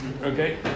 Okay